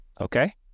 Okay